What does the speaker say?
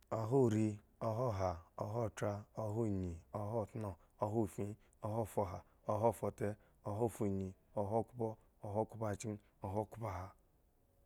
Oha rii, oha ha, oha tra, oha nyi, oha tno, oha fin, oha fuha, oha fute oha funyi, oha khpo, oha khpo, chki oha khpoeha.